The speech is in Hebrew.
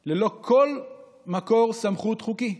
מן העיר, ללא כל מקור סמכות חוקי.